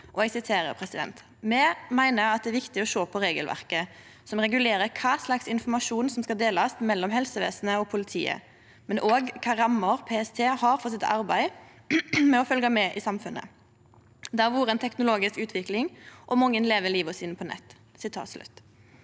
7. november 2022: «Vi mener det er viktig å se på regelverket som regulerer hva slags informasjon som skal deles mellom helsevesenet og politiet, men også hvilke rammer PST har for sitt arbeid med å følge med i samfunnet. Det har vært en teknologisk utvikling, og mange lever sine liv på nettet.»